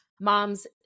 Moms